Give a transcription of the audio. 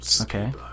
Okay